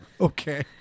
Okay